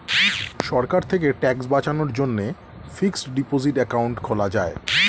সরকার থেকে ট্যাক্স বাঁচানোর জন্যে ফিক্সড ডিপোসিট অ্যাকাউন্ট খোলা যায়